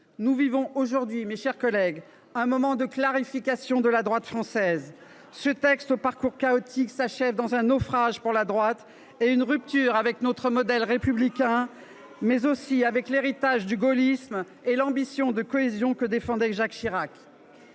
Nous vivons aujourd’hui, mes chers collègues, un moment de clarification de la droite française. Ce texte, au parcours chaotique, s’achève tel un naufrage pour la droite. Il constitue une rupture non seulement avec notre modèle républicain, mais également avec l’héritage du gaullisme et l’ambition de cohésion que défendait Jacques Chirac.